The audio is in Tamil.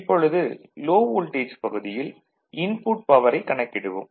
இப்பொழுது லோ வோல்டேஜ் பகுதியில் இன்புட் பவரைக் கணக்கிடுவோம்